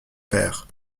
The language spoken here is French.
père